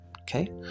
Okay